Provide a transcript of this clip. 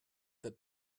that